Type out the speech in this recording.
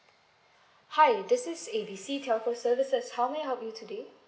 hi this is A B C telco services how may I help you today